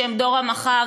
שהם דור המחר,